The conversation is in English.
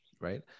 right